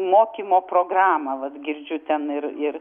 mokymo programą vat girdžiu ten ir ir